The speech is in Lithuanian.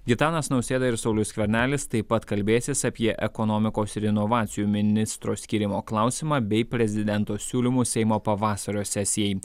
gitanas nausėda ir saulius skvernelis taip pat kalbėsis apie ekonomikos ir inovacijų ministro skyrimo klausimą bei prezidento siūlymus seimo pavasario sesijai